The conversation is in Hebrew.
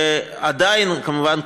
כמובן,